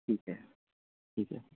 ٹھیک ہے ٹھیک ہے